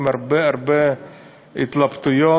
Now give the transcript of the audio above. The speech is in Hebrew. עם הרבה הרבה התלבטויות,